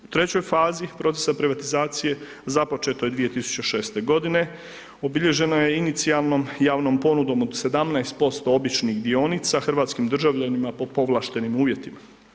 U trećoj fazi, proces privatizacije započeto je 2006.g., obilježeno je inicijalnom javnom ponudom od 17% običnih dionica hrvatskim državljanima po povlaštenim uvjetima.